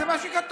זה מה שכתוב.